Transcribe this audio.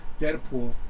Deadpool